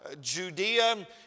Judea